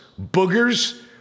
boogers